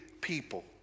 people